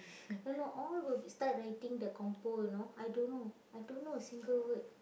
you know all will start writing the compo you know I don't know I don't know a single word